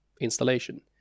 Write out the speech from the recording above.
installation